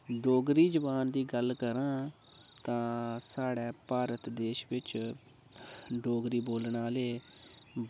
डोगरी जबान दी गल्ल करां तां साढ़े भारत देस बिच्च डोगरी बोलन आहले